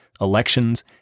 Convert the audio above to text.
elections